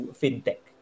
fintech